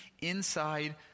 inside